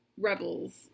rebels